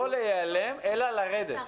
לא להיעלם אלא לרדת.